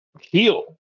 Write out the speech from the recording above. heal